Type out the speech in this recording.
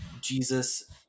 Jesus